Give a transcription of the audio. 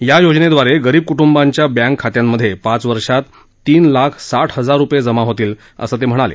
या योजनेद्वारे गरीब कुटुंबांच्या बँक खात्यांमध्ये पाच वर्षात तीन लाख साठ हजार रुपये जमा होतील असं ते म्हणाले